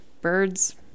birds